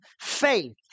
faith